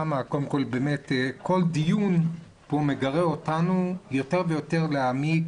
כל דיון הוא מגרה אותנו יותר ויותר להעמיק